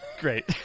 great